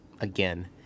again